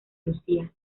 lucía